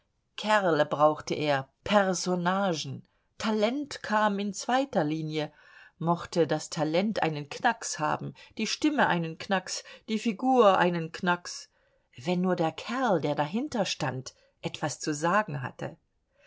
kerle brauchte er personnagen talent kam in zweiter linie mochte das talent einen knacks haben die stimme einen knacks die figur einen knacks wenn nur der kerl der dahinterstand etwas zu sagen hatte